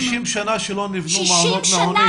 60 שנה שלא נבנו מעונות נעולים.